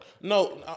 No